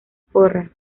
porras